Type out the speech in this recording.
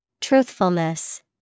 Truthfulness